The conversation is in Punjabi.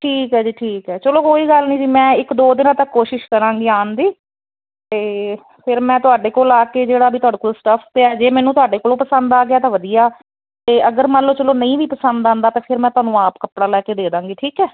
ਠੀਕ ਹੈ ਜੀ ਠੀਕ ਹੈ ਚਲੋ ਕੋਈ ਗੱਲ ਨਹੀਂ ਜੀ ਮੈਂ ਇੱਕ ਦੋ ਦਿਨਾਂ ਤੱਕ ਕੋਸ਼ਿਸ਼ ਕਰਾਂਗੀ ਆਉਣ ਦੀ ਅਤੇ ਫਿਰ ਮੈਂ ਤੁਹਾਡੇ ਕੋਲ ਆ ਕੇ ਜਿਹੜਾ ਵੀ ਤੁਹਾਡੇ ਕੋਲ ਸਟੱਫ ਪਿਆ ਜੇ ਮੈਨੂੰ ਤੁਹਾਡੇ ਕੋਲੋਂ ਪਸੰਦ ਆ ਗਿਆ ਤਾਂ ਵਧੀਆ ਅਤੇ ਅਗਰ ਮੰਨ ਲਓ ਚਲੋ ਨਹੀਂ ਵੀ ਪਸੰਦ ਆਉਂਦਾ ਤਾਂ ਫਿਰ ਮੈਂ ਤੁਹਾਨੂੰ ਆਪ ਕੱਪੜਾ ਲੈ ਕੇ ਦੇ ਦੇਵਾਂਗੀ ਠੀਕ ਹੈ